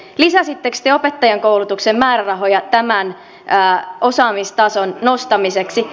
lisäsittekö te opettajankoulutuksen määrärahoja tämän osaamistason nostamiseksi